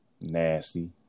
Nasty